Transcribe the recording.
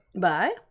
Bye